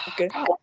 Okay